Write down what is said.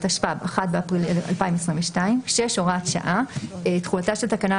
התשפ"ב (1 באפריל 2022). הוראת שעה תחולתה של תקנה